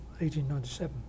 1897